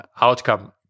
outcome